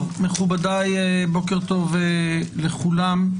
מכובדי, בוקר טוב לכולם.